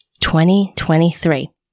2023